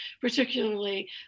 particularly